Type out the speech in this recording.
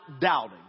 doubting